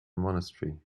monastery